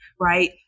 right